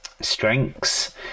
strengths